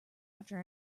after